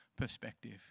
perspective